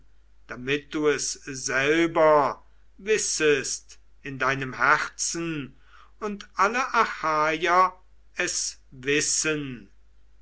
damit du es selber wissest in deinem herzen und alle achaier es wissen